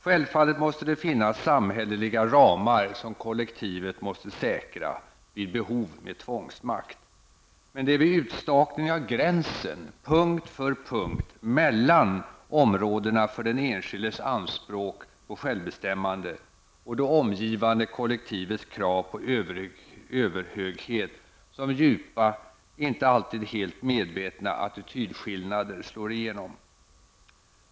Självfallet måste det finnas samhälleliga ramar som kollektivet måste säkra -- vid behov med tvångsmakt. Men det är vid utstakningen av gränsen, punkt för punkt, mellan områdena för den enskildes anspråk på självbestämmande och det omgivande kollektivets krav på överhöghet som djupa, inte alltid helt medvetna attitydskillnader slår igenom.